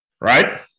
Right